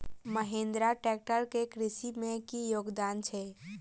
Mahindra tractor केँ कृषि मे की योगदान छै?